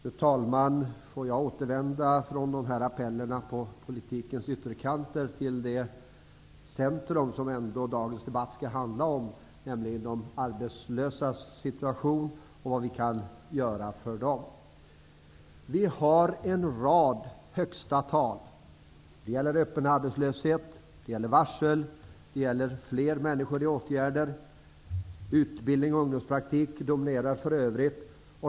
Fru talman! Låt mig föra tillbaka diskussionen från dessa appeller från politikens ytterkanter till det centrum som dagens debatt ändå skall handla om, nämligen situationen för de arbetslösa och vad vi kan göra för dem. Vi har en rad ''högsta-tal'' -- det gäller öppen arbetslöshet, varsel och fler människor i åtgärder, där för övrigt utbildning och ungdomspraktik dominerar.